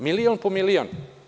Milion po milion.